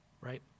right